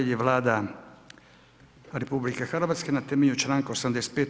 je Vlada RH na temelju članka 85.